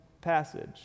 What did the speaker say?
passage